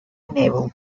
naval